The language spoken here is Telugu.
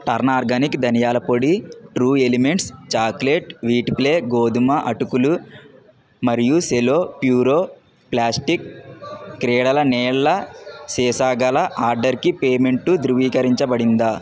టర్న్ ఆర్గానిక్ ధనియాల పొడి ట్రూ ఎలిమెంట్స్ చాక్లెట్ వీట్ ప్లే గోధుమ అటుకులు మరియు సెలో ప్యూరో ప్లాస్టిక్ క్రీడల నీళ్ళ సీసా గల ఆర్డర్కి పేమెంటు ధృవీకరించబడిందా